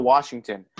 Washington